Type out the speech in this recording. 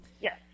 Yes